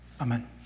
Amen